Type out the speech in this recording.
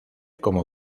como